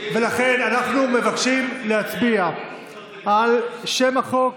אנחנו מבקשים להצביע על שם החוק